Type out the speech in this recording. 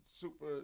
super